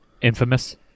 Infamous